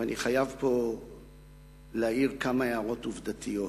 ואני חייב פה להעיר כמה הערות עובדתיות.